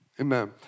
Amen